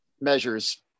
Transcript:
measures